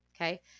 Okay